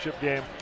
game